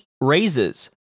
raises